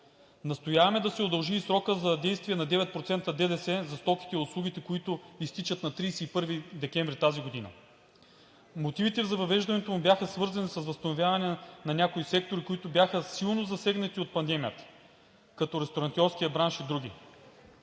Настояваме да се удължи и срокът за действие на 9% ДДС за стоките и услугите, които изтичат на 31 декември тази година. Мотивите за въвеждането му бяха свързани с възстановяване на някои сектори, които бяха силно засегнати от пандемията, като ресторантьорския бранш и други.